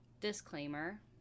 Disclaimer